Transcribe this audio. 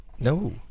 No